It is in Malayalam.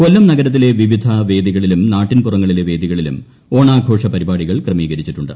കൊല്ലം നഗരത്തിലെ വിവിധ വേദികളിലും നാട്ടിൻപുറങ്ങളിലെ വേദികളിലും ഓണാഘോഷ പരിപാടികൾ ക്രമീകരിച്ചിട്ടുണ്ട്